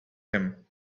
him